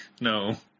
No